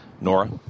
Nora